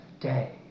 day